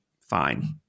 fine